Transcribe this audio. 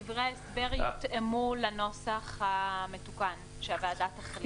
דברי ההסבר יותאמו לנוסח המתוקן שהוועדה תחליט עליו.